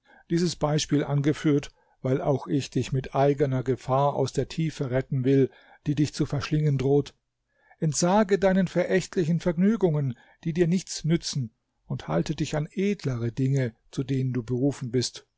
dieses beispiel angeführt weil auch ich dich mit eigener gefahr aus der tiefe retten will die dich zu verschlingen droht entsage deinen verächtlichen vergnügungen die dir nichts nützen und halte dich an edlere dinge zu denen du berufen bist